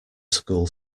school